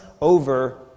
over